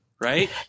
Right